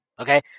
Okay